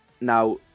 now